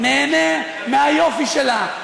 נהנה מהיופי שלה,